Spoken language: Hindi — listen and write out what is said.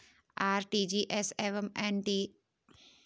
आर.टी.जी.एस एवं एन.ई.एफ.टी में क्या अंतर है?